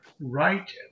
right